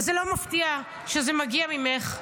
וזה לא מפתיע שזה מגיע ממך.